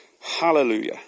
Hallelujah